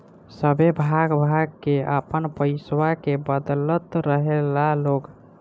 सभे भाग भाग के आपन पइसवा के बदलत रहेला लोग